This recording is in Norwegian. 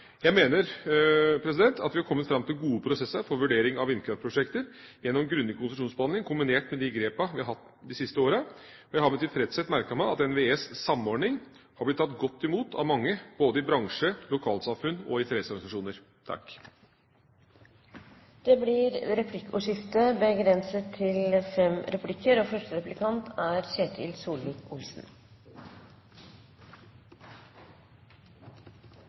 Jeg mener at vi har kommet fram til gode prosesser for vurdering av vindkraftprosjekter gjennom grundig konsesjonsbehandling kombinert med de grepene vi har tatt de siste årene. Jeg har med tilfredshet merket meg at NVEs samordning har blitt tatt godt imot av mange, både i bransjen, i lokalsamfunn og i interesseorganisasjoner. Det blir replikkordskifte. Det er åpenbart at det forestående fotball-VM er